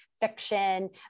fiction